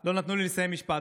לא נתנו לי לסיים משפט.